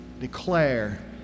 declare